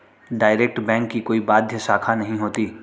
direct bank की कोई बाह्य शाखा नहीं होती